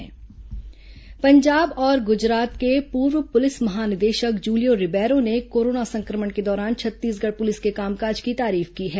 virtual conference Punjab और गुजरात के पूर्व पुलिस महानिदेशक जुलियो रिबैरो ने कोरोना संक्रमण के दौरान छत्तीसगढ़ पुलिस के कामकाज की तारीफ की है